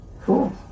Cool